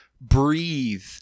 breathe